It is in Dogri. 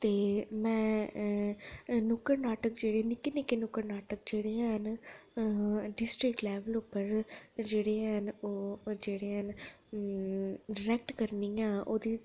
ते में नुक्कड़ नाटक जेह्ड़े निक्के निक्के नुक्कड़ नाटक जेह्ड़े हैन डिस्ट्रिक लैवल उप्पर जेह्ड़े हैन ओह् जेह्ड़े हैन डिरैक्ट करनी आं ओह्दी